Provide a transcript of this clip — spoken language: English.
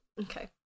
Okay